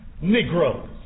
Negroes